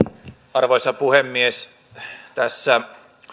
arvoisa puhemies tässä